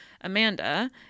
Amanda